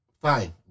Fine